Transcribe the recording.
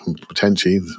potentially